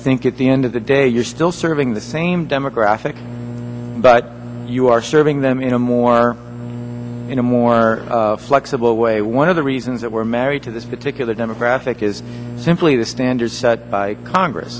think at the end of the day you're still serving the same demographic but you are serving them in a more in a more flexible way one of the reasons that we're married to this particular demographic is simply the standards set by congress